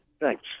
thanks